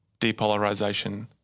depolarization